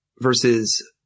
versus